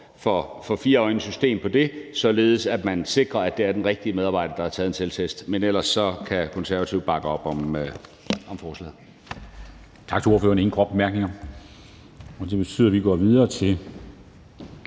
for fireøjnesystem på det, således at man sikrer, at det er den rigtige medarbejder, der har taget en selvtest. Men ellers kan Konservative bakke op om forslaget. Kl. 13:48 Formanden (Henrik Dam Kristensen): Tak til ordføreren. Der er ingen korte bemærkninger, og det betyder, at vi går videre til